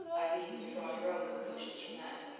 i leave you to draw your own conclusions from that.